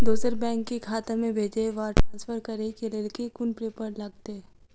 दोसर बैंक केँ खाता मे भेजय वा ट्रान्सफर करै केँ लेल केँ कुन पेपर लागतै?